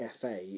FA